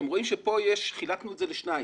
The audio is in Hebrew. אתם רואים שכאן חילקנו את זה לשניים,